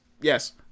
yes